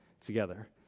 together